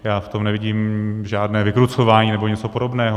Já v tom nevidím žádné vykrucování nebo něco podobného.